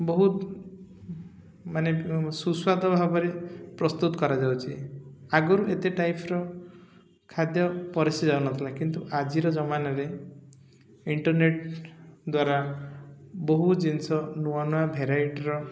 ବହୁତ ମାନେ ସୁସ୍ୱାଦ ଭାବରେ ପ୍ରସ୍ତୁତ କରାଯାଉଛି ଆଗରୁ ଏତେ ଟାଇପ୍ର ଖାଦ୍ୟ ପରଶିଯାଉନଥିଲା କିନ୍ତୁ ଆଜିର ଜମାନାରେ ଇଣ୍ଟର୍ନେଟ୍ ଦ୍ୱାରା ବହୁ ଜିନିଷ ନୂଆ ନୂଆ ଭେରାଇଟିର